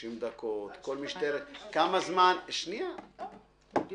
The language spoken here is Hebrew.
30 דקות - כמה זמן לוקח